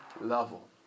level